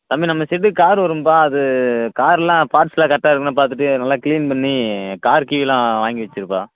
வந்து நம்ம ஷெட்டுக்கு கார் வரும்பா அது கார்லாம் பார்ட்ஸ்லாம் கரெக்டாக இருக்கான்னு பார்த்துட்டு நல்லா கிளீன் பண்ணி கார் கீலாம் வாங்கி வச்சிருப்பா